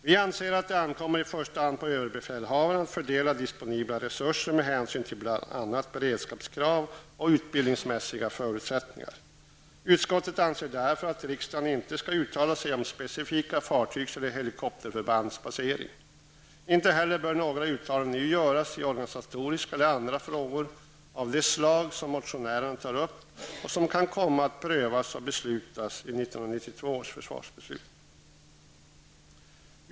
Vi anser att det i första hand ankommer på överbefälhavaren att fördela disponibla resurser med hänsyn till bl.a. beredskapskrav och utbildningsmässiga förutsättningar. Utskottet anser därför att riksdagen inte skall uttala sig om specifika fartygs eller helikopterförbands basering. Inte heller bör några uttalanden nu göras i organisatoriska eller andra frågor av det slag som motionärerna tar upp och som kan komma att prövas och fattas beslut om i 1992 års försvarsbeslut.